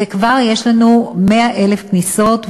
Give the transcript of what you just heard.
וכבר יש לנו 100,000 כניסות,